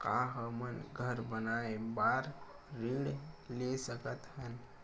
का हमन घर बनाए बार ऋण ले सकत हन?